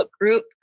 group